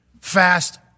Fast